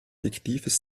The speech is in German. fiktives